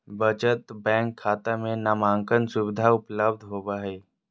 बचत बैंक खाता में नामांकन सुविधा उपलब्ध होबो हइ